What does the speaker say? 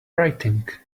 writing